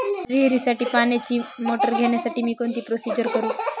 विहिरीसाठी पाण्याची मोटर घेण्यासाठी मी कोणती प्रोसिजर करु?